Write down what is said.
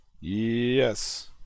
Yes